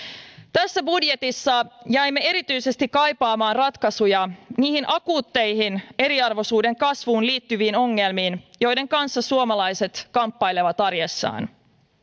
tässä budjetissa jäimme erityisesti kaipaamaan ratkaisuja niihin akuutteihin eriarvoisuuden kasvuun liittyviin ongelmiin joiden kanssa suomalaiset kamppailevat arjessaan